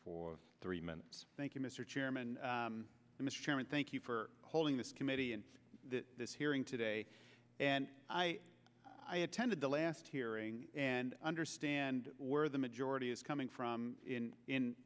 for three minutes thank you mr chairman mr chairman thank you for holding this committee and this hearing today and i attended the last hearing and understand where the majority is coming from in